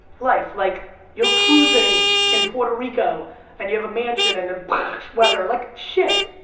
life, like you're cruising in puerto rico and you have a mansion and and weather, like shit.